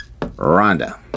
Rhonda